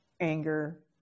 anger